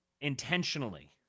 intentionally